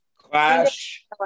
Clash